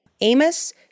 Amos